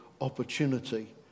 opportunity